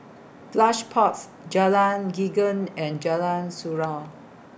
Plush Pods Jalan Geneng and Jalan Surau